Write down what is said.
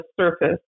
surface